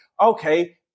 okay